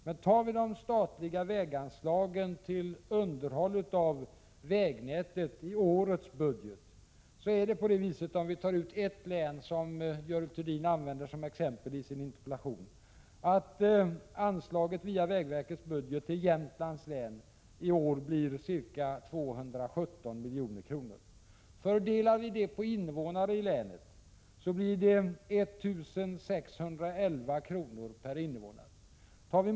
Men om vi håller oss till de statliga väganslagen till underhåll av vägnätet i årets budgetproposition finner vi, om vi tar ut ett av de län som Görel Thurdin använder som exempel i sin interpellation, att anslaget via vägverkets budget till Jämtlands län i år blir ca 217 milj.kr. Fördelar vi den summan på antalet invånare i länet blir det 1 611 kr. per invånare.